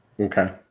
okay